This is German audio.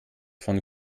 von